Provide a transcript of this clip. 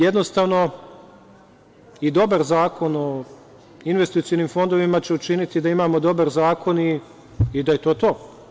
Jednostavno, i dobar Zakon o investicionim fondovima će učiniti da imamo dobar zakon i da je to to.